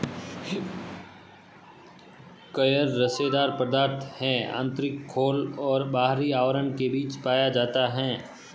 coir रेशेदार पदार्थ है आंतरिक खोल और बाहरी आवरण के बीच पाया जाता है